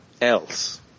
else